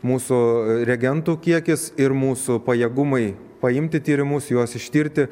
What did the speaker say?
mūsų reagentų kiekis ir mūsų pajėgumai paimti tyrimus juos ištirti